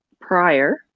prior